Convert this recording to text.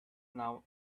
now